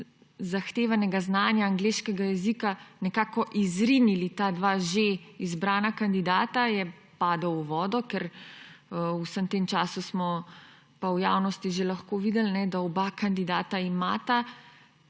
zahtevanega znanja angleškega jezika nekako izrinili ta dva že izbrana kandidata, je padel v vodo, ker smo v vsem tem času pa v javnosti že lahko videli, da imata oba kandidata celo